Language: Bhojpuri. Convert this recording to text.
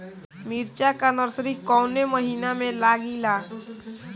मिरचा का नर्सरी कौने महीना में लागिला?